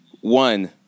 One